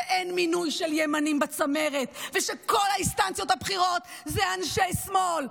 שאין מינוי של ימנים בצמרת ושכל האינסטנציות הבחירות זה אנשי שמאל.